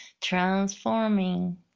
transforming